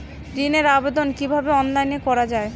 ঋনের আবেদন কিভাবে অনলাইনে করা যায়?